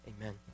amen